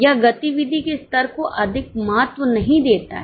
यह गतिविधि के स्तर को अधिक महत्व नहीं देता है